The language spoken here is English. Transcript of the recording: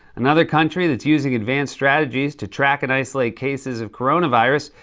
another country that's using advanced strategies to track and isolate cases of coronavirus,